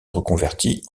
reconvertit